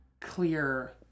clear